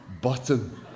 button